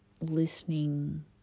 listening